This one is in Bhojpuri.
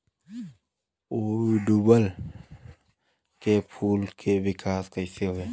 ओड़ुउल के फूल के विकास कैसे होई?